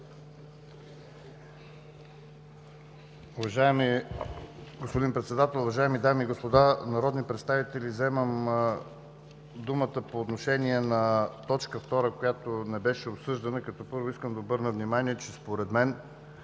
Уважаеми господин Председател, уважаеми дами и господа народни представители! Вземам думата по отношение на т. 2, която не беше обсъждана, като първо, искам да обърна внимание, че според мен,